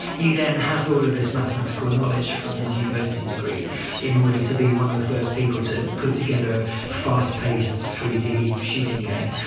he then has all of this mathematical knowledge from his university degree in order to be one of the first people to put together a fast paced three d shooting game.